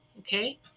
okay